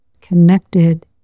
connected